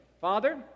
Father